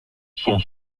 son